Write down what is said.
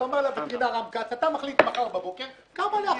אתה אומר --- אתה מחליט מחר בבוקר כמה לאלכס.